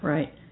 Right